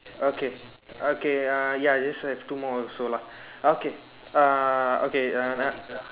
okay okay uh ya it's just I have two more also lah okay uh okay uh nah